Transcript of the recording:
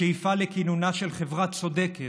השאיפה לכינונה של חברה צודקת,